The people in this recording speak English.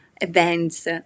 events